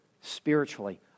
spiritually